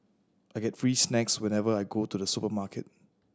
I get free snacks whenever I go to the supermarket